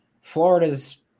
Florida's